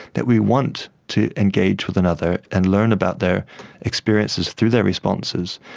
that we want to engage with another and learn about their experiences through their responses.